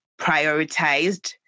prioritized